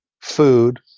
food